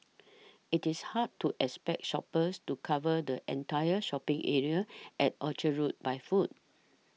it is hard to expect shoppers to cover the entire shopping area at Orchard Road by foot